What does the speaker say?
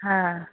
हा